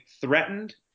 threatened